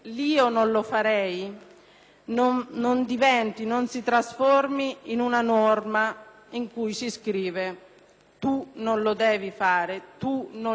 lo farei" non si trasformi in una norma in cui si scriva "tu non lo devi fare, tu non lo puoi fare".